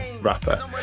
rapper